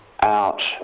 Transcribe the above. out